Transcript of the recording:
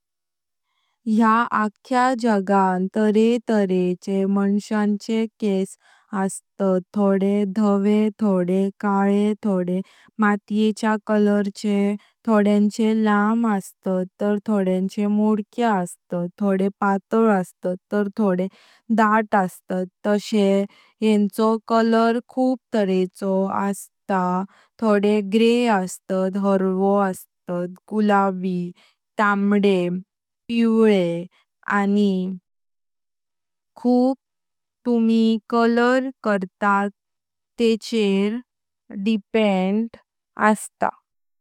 या आक्या जगांत तारे तारेचे माणसांचे केश अस्तात थोडे धवे, थोडे काळे थोडे मात्येच्या रंगाचे। थोड्यांचे लाम अस्तात तर थोडे मोडके अस्तात। थोडे पातळ अस्तात तर थोडे दाट अस्तात। तशे येंचो रंग खूप तारेचे अस्तात। थोडे ग्रे अस्तात, हरवो, गुलाबी, तांबडे, पिवळे आनी खूप तुम्ही रंग करतात तेचेर डिपेंड।